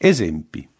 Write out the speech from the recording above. Esempi